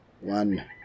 One